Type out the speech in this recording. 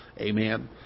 amen